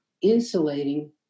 insulating